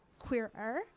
queerer